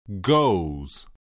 Goes